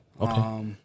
Okay